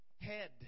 head